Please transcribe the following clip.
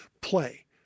play